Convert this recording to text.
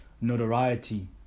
Notoriety